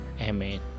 amen